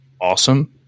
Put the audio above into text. awesome